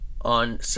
on